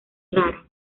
rara